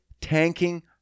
tanking